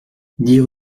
dix